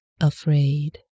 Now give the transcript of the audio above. afraid